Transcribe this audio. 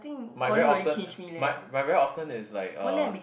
my very often my my very often is like uh